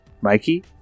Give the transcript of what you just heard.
Mikey